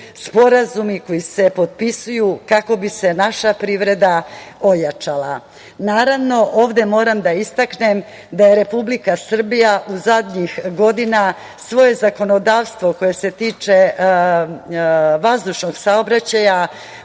sporazumi koji se potpisuju kako bi se naša privreda ojačala. Naravno, ovde moram da istaknem da je Republika Srbija u zadnjih godina svoje zakonodavstvo koje se tiče vazdušnog saobraćaja